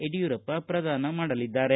ಯುಡಿಯೂರಪ್ಪ ಪ್ರದಾನ ಮಾಡಲಿದ್ದಾರೆ